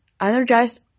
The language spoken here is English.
energized